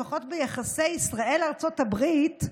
לפחות ביחסי ישראל-ארצות הברית,